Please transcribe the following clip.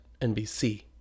NBC